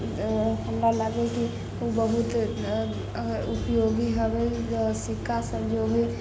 हमरा लागल की ओ बहुत उपयोगी हेबै सिक्का सब जो भी मिले